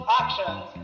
actions